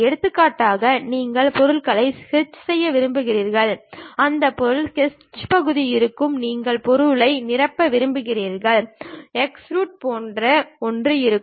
எடுத்துக்காட்டாக நீங்கள் பொருளை ஸ்கெட்ச் செய்ய விரும்புகிறீர்கள் அந்த பொருள் ஸ்கெட்ச் பகுதி இருக்கும் நீங்கள் பொருளை நிரப்ப விரும்புகிறீர்கள் எக்ஸ்ட்ரூட் போன்ற ஒன்று இருக்கும்